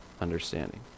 understanding